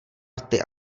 rty